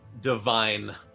divine